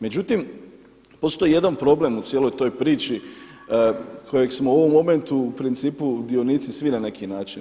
Međutim, postoji jedan problem u cijeloj toj priči kojeg smo u ovom momentu u principu dionici svi na neki način.